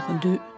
de